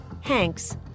Hanks